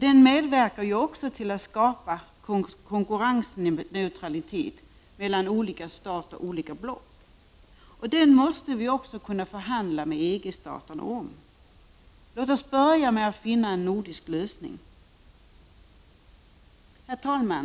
Den medverkar också till att skapa konkurrensneutralitet mellan olika stater och olika block. Den måste vi också kunna förhandla med EG-stater om. Låt oss börja med att finna en nordisk lösning. Herr talman!